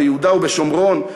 ביהודה ובשומרון,